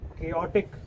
chaotic